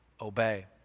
obey